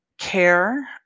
care